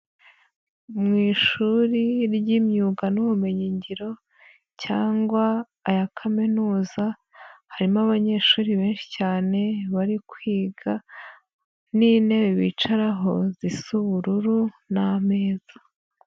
Mu ishuri ry'imyuga n'ubumenyingiro cyangwa aya kaminuza harimo abanyeshuri benshi cyane bari kwiga n'intebe bicaraho zisa ubururu n'ameza.